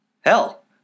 Hell